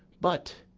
but,